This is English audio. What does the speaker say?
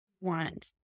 want